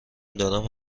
دارم